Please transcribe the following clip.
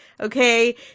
okay